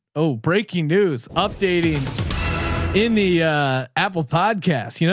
oh, breaking news. updating in the apple podcast. you know